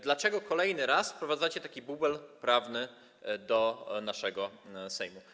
Dlaczego kolejny raz wprowadzacie taki bubel prawny do naszego Sejmu?